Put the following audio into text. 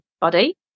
body